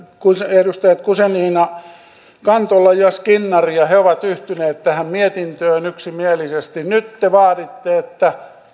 edustajat guzenina kantola ja skinnari ja he ovat yhtyneet tähän mietintöön yksimielisesti nyt te vaaditte että